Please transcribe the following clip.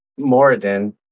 Moradin